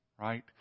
right